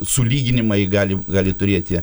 sulyginimai galim gali turėti